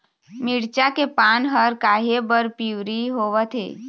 मिरचा के पान हर काहे बर पिवरी होवथे?